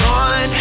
on